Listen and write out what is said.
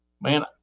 man